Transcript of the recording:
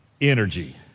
energy